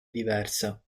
diversa